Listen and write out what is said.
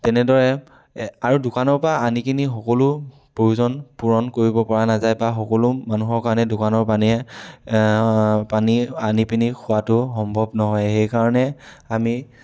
তেনেদৰে আৰু দোকানৰ পৰা আনি কিনি সকলো প্ৰয়োজন পূৰণ কৰিব পৰা নাযায় বা সকলো মানুহৰ কাৰণে দোকানৰ পানীয়ে পানী আনি পিনি খোৱাটো সম্ভৱ নহয় সেই কাৰণে আমি